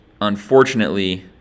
unfortunately